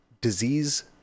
disease